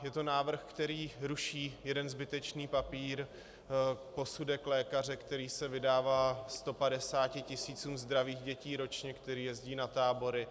Je to návrh, který zruší jeden zbytečný papír posudek lékaře, který se vydává 150 tisícům zdravých dětí ročně, které jezdí na tábory.